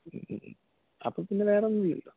അപ്പോ പിന്നേ വേറെ ഒന്നൂല്ലല്ലോ